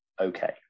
Okay